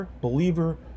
believer